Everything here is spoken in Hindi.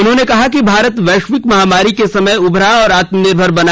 उन्होंने कहा कि भारत वैश्विक महामारी के समय उभरा और आत्मनिर्भर बना